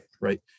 Right